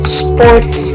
sports